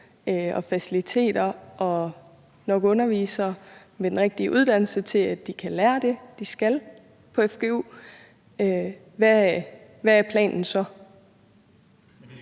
og faciliteter og nok undervisere med den rigtige uddannelse til, at de kan lære det, de skal, på fgu, hvad er planen så?